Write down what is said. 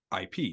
IP